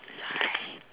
sorry